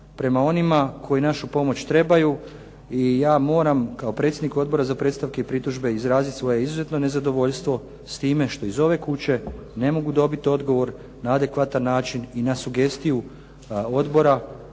prema onima koji našu pomoć trebaju i ja moram kao predsjednik Odbora za predstavke i pritužbe izraziti svoje izuzetno nezadovoljstvo s time što iz ove kuće ne mogu dobiti odgovor na adekvatan način i na sugestiju odbora